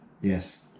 Yes